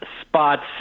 spots